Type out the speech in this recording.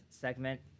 segment